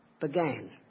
began